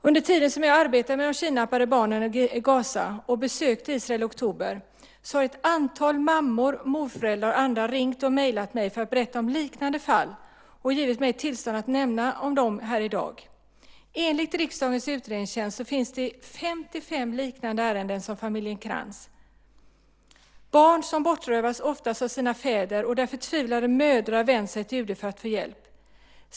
Under tiden som jag arbetade med de kidnappade barnen i Gaza - och jag besökte Israel i oktober - har ett antal mammor, morföräldrar och andra ringt och mejlat mig för att berätta om liknande fall och givit mig tillstånd att nämna dem här i dag. Enligt riksdagens utredningstjänst finns det 55 liknande ärenden som familjen Krantz. Barn bortrövas oftast av sina fäder, och förtvivlade mödrar vänder sig till UD för att få hjälp.